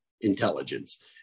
intelligence